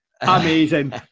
Amazing